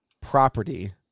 property